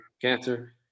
cancer